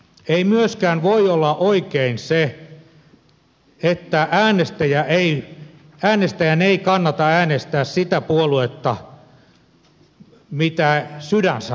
ei myöskään voi olla oikein se että äänestäjän ei kannata äänestää sitä puoluetta mitä sydän sanoisi